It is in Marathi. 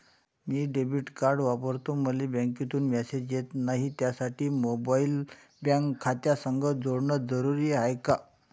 मी डेबिट कार्ड वापरतो मले बँकेतून मॅसेज येत नाही, त्यासाठी मोबाईल बँक खात्यासंग जोडनं जरुरी हाय का?